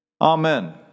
Amen